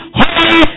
holy